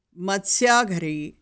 मत्स्याघरि